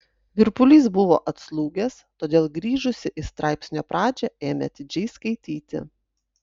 virpulys buvo atslūgęs todėl grįžusi į straipsnio pradžią ėmė atidžiai skaityti